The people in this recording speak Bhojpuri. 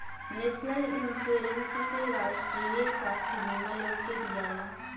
नेशनल इंश्योरेंस से राष्ट्रीय स्वास्थ्य बीमा लोग के दियाला